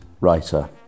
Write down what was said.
writer